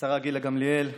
השרה גילה גמליאל,